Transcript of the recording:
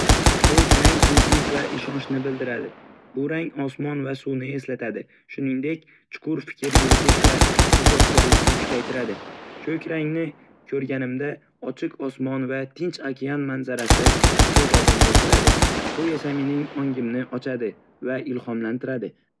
Ko‘k rang tinchlik va ishonchni bildiradi. Bu rang osmon va suvni eslatadi, shuningdek, chuqur fikr yuritish va ijodkorlikni kuchaytiradi. Ko‘k rangni ko‘rganimda, ochiq osmon va tinch okean manzarasi ko‘z oldimga keladi, bu esa mening ongimni ochadi va ilhomlantiradi.